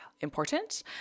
important